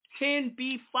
10B5